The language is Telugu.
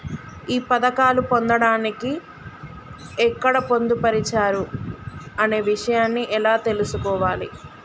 ఈ పథకాలు పొందడానికి ఎక్కడ పొందుపరిచారు అనే విషయాన్ని ఎలా తెలుసుకోవాలి?